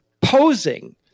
posing